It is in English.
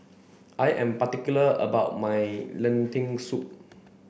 I am particular about my Lentil Soup